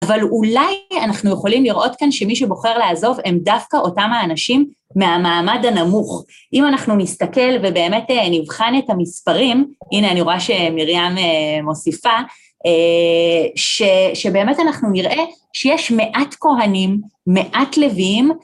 אבל אולי אנחנו יכולים לראות כאן שמי שבוחר לעזוב הם דווקא אותם האנשים מהמעמד הנמוך. אם אנחנו נסתכל ובאמת נבחן את המספרים, הנה אני רואה שמרים מוסיפה, שבאמת אנחנו נראה שיש מעט כהנים, מעט לויים,